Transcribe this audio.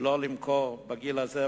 שלא למכור לגיל הזה,